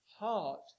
heart